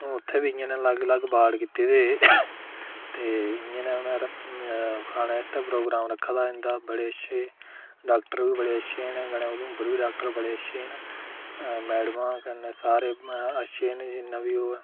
उत्थै बी इयां न अलग अलग बार्ड ते दे ते इयां नेह् खाने आस्तै प्रोग्राम रक्खे दा इं'दा बड़े अच्छे डाक्टर बी बड़े अच्छे न कन्नै उधमपुर बी डाक्टर बड़े अच्छे न मैडमां कन्नै सारे अच्छे न जिन्ना बी ओह्